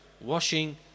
Washing